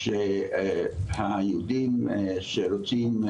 היהודים שרוצים,